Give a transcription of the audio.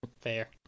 Fair